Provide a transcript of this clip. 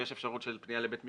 ויש אפשרות של פנייה לבית משפט,